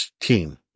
team